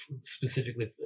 specifically